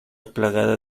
plagada